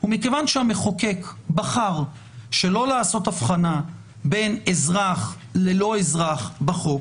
מכיוון שהמחוקק בחר שלא לעשות אבחנה בין אזרח ללא אזרח בחוק,